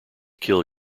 kill